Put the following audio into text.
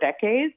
decades